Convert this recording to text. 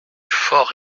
faure